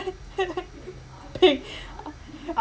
ping uh ah